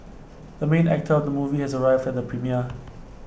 the main actor of the movie has arrived at the premiere